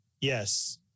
Yes